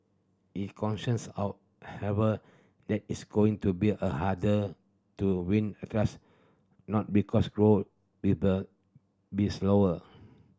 he however that is going to be a harder to win a trust not because grow with a be slower